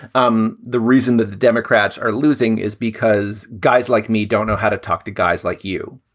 um the reason that the democrats are losing is because guys like me don't know how to talk to guys like you.